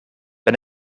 ben